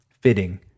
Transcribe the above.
fitting